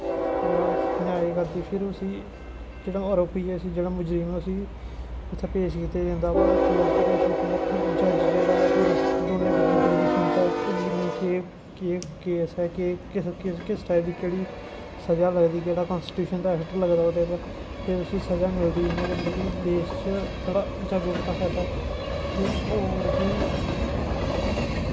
पूरा न्याय करदी फिर उसी जेह्ड़ा आरोपी ऐ फ्ही जेह्ड़ा मुजरिम ऐ उसी पेश कीता जंदा कोर्ट च पेश कीता जंदा फिर जज जेह्ड़ा पूरा दोनें बकीलें दी सुनदा कि किस टाईप दी केह्ड़ी सज़ा लगदी केह्ड़ा कान्सटिट्यूशन दा ऐक्ट लगदा ओह्दे पर फिर उसी सज़ा मिलदी इ'यां करियै कि देश च थोह्ड़ी जागरूकता फैलै फिर होर कि